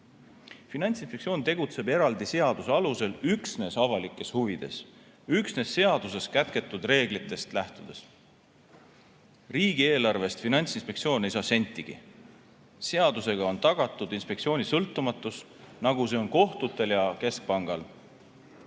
Finantsinspektsioon tegutseb eraldi seaduse alusel üksnes avalikes huvides ja üksnes seaduses sätestatud reeglitest lähtudes. Riigieelarvest ei saa Finantsinspektsioon sentigi. Seadusega on tagatud inspektsiooni sõltumatus, nagu on see kohtutel ja keskpangal.